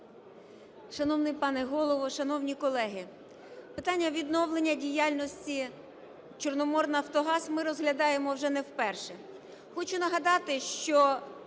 Шановний пане Голово! Шановні колеги! Питання відновлення діяльності "Чорноморнафтогаз" ми розглядаємо вже не вперше.